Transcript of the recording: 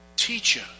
teacher